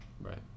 Right